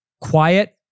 Quiet